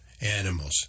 animals